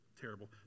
terrible